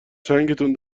چنگتون